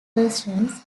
versions